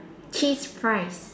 cheese fries